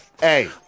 Hey